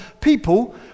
people